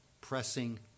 pressing